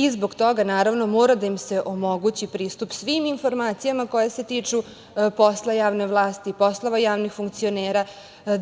i zbog toga, naravno, mora da im se omogući pristup svim informacijama koje se tiču posla javne vlasti, poslova javnih funkcionera,